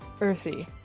earthy